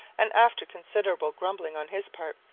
and, after considerable grumbling on his part,